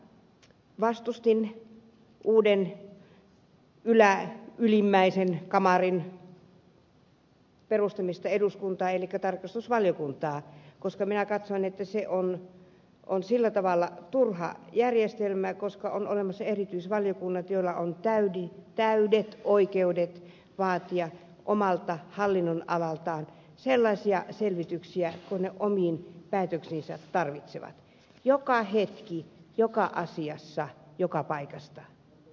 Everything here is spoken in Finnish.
periaatteessa vastustin uuden ylimmäisen kamarin elikkä tarkastusvaliokunnan perustamista eduskuntaan koska minä katsoin että se on sillä tavalla turha järjestelmä koska on olemassa erityisvaliokunnat joilla on täydet oikeudet vaatia omalta hallinnonalaltaan sellaisia selvityksiä kuin ne omiin päätöksiinsä tarvitsevat joka hetki joka asiassa joka paikasta